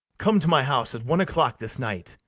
come to my house at one o'clock this night.